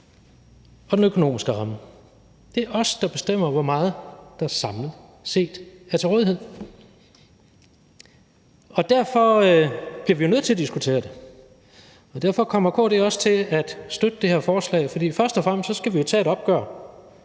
og den økonomiske ramme. Det er os, der bestemmer, hvor meget der samlet set er til rådighed, og derfor bliver vi jo nødt til at diskutere det. Og derfor kommer KD også til at støtte det her forslag, for først og fremmest skal vi jo tage et opgør